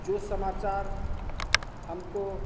जो समाचार हमको